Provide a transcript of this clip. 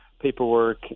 paperwork